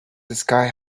sky